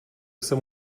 jsem